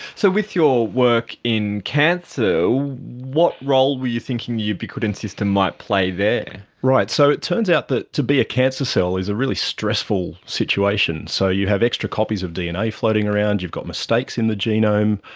so with your work in cancer, so what role were you thinking the ubiquitin system might play there? right, so it turns out that to be a cancer cell is a really stressful situation. so you have extra copies of dna floating around, you've got mistakes in the genome,